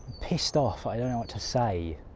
pissed off i don't know what to say.